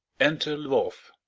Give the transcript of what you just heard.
enter lvoff,